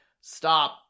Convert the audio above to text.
stop